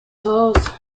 tours